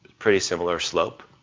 pretty similar slope.